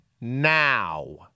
now